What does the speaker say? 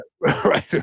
Right